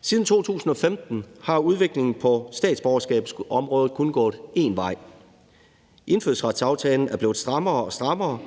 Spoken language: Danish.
Siden 2015 er udviklingen på statsborgerskabsområdet kun gået én vej. Indfødsretsaftalen er blevet strammere og strammere,